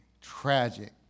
tragic